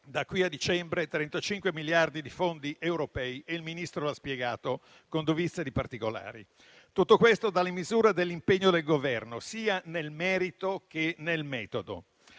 da qui a dicembre, 35 miliardi di fondi europei e il Ministro ha spiegato con dovizia di particolari. Tutto questo dà la misura dell'impegno del Governo, sia nel merito che nel metodo.